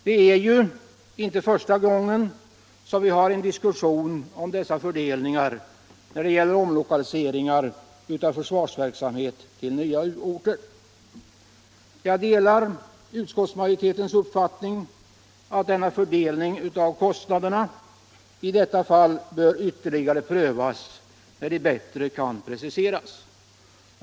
Det är ju inte första gången som vi har en diskussion om dessa fördelningar när det gäller omlokaliseringar av försvarsverksamhet till nya orter. Jag delar utskottsmajoritetens uppfattning att fördelningen av kostnaderna i detta fall bör ytterligare prövas när de bättre kan preciseras.